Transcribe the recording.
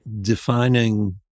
Defining